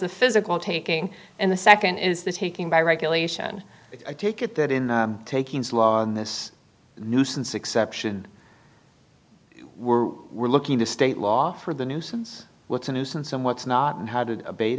the physical taking and the nd is the taking by regulation i take it that in taking slow on this nuisance exception we're we're looking to state law for the nuisance what's a nuisance and what's not and how to abate